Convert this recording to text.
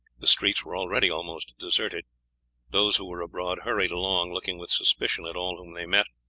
the streets were already almost deserted those who were abroad hurried along looking with suspicion at all whom they met,